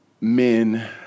men